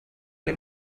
ble